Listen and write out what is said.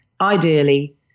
Ideally